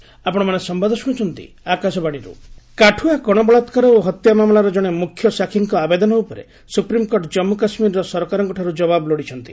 SC Kathua case Kathua ଗଣବଳାକାର ଓ ହତ୍ୟା ମାମଲାର ଜଣେ ମ୍ରଖ୍ୟ ସାକ୍ଷୀଙ୍କ ଆବେଦନ ଉପରେ ସୁପ୍ରିମ୍କୋର୍ଟ ଜମ୍ମୁ କାଶ୍ମୀର ସରକାରଙ୍କଠାରୁ ଜବାବ ଲୋଡ଼ିଛନ୍ତି